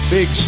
Big